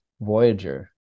voyager